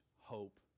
hope